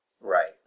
Right